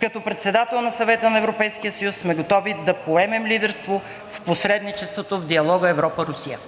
Като председател на Съвета на Европейския съюз сме готови да поемем лидерство в посредничеството в диалога Европа – Русия.“